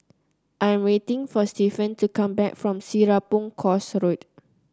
I am waiting for Stefan to come back from Serapong Course Road